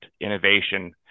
innovation